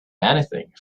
anything